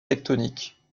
tectoniques